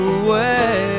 away